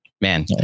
Man